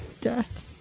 Death